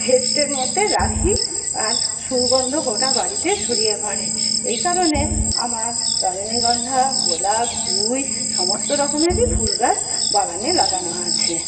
ভেস্টের মধ্যে রাখি আর সুগন্ধ গোটা বাড়িতে ছড়িয়ে পরে এই কারণে আমার রজনীগন্ধা গোলাপ জুঁই সমস্ত রকমেরই ফুল গাছ বাগানে লাগানো আছে